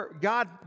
God